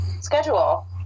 schedule